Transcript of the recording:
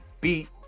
beat